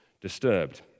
disturbed